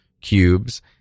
cubes